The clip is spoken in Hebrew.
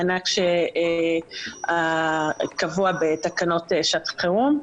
מענק שקבוע בתקנות שעת חירום,